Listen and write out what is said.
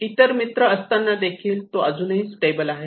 इतर मित्र असताना देखील तो अजूनही स्टेबल आहे